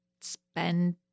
spend